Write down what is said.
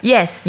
Yes